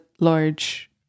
large